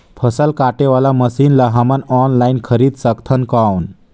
फसल काटे वाला मशीन ला हमन ऑनलाइन खरीद सकथन कौन?